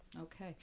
Okay